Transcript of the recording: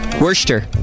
Worcester